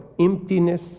emptiness